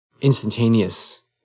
instantaneous